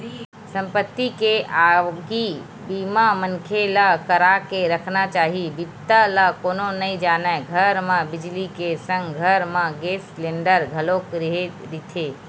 संपत्ति के आगी बीमा मनखे ल करा के रखना चाही बिपदा ल कोनो नइ जानय घर म बिजली के संग घर म गेस सिलेंडर घलोक रेहे रहिथे